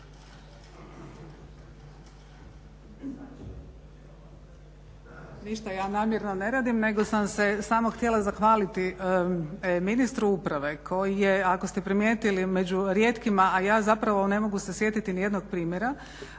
Ništa ja namjerno ne radim nego sam se samo htjela zahvaliti ministru uprave koji je ako ste primijetili među rijetkima a ja zapravo ne mogu se sjetiti ni jednog primjera